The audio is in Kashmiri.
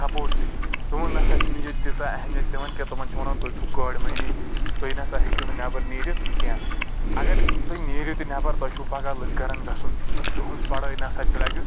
سپوٹسٕچ تِمن نسا چھنہٕ ییٚتۍ تیٖژاہ اہمیت دِوان کیٚنٛہہ تمن چھ ونان تُہۍ چھُو کورِ مٔہنی تُہۍ نہٕ سا ہیٚکِو نہٕ نیٚبر نیٖرِتھ کیٚنٛہہ اگر تُہۍ نیٖرِو تہِ نیٚبر تۄہہِ چھُو پگاہ لُکہٕ گرن گژھُن تُہٕنٛز پڑأے نَسا چھ لگہِ